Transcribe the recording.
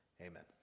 amen